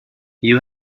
you